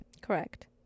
Correct